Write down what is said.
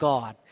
God